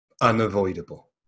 unavoidable